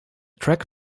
track